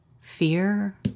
fear